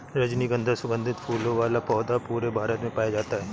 रजनीगन्धा सुगन्धित फूलों वाला पौधा पूरे भारत में पाया जाता है